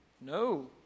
No